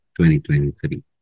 2023